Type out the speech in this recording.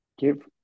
give